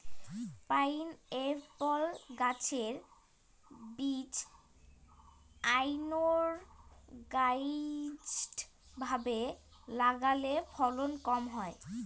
pineapple গাছের বীজ unorganised ভাবে লাগালে ফলন কম হয়